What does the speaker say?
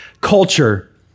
culture